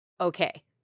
okay